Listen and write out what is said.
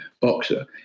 boxer